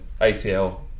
ACL